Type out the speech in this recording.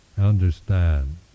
understand